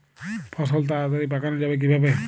ফসল তাড়াতাড়ি পাকানো যাবে কিভাবে?